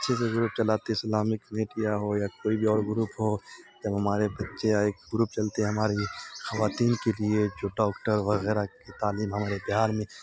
اچھے سے گروپ چلاتے اسلامک میڈیا ہو یا کوئی بھی اور گروپ ہو جب ہمارے بچے یہاں ایک گروپ چلتے ہماری خواتین کے لیے جو ڈاکٹر وغیرہ کی تعلیم ہمارے بہار میں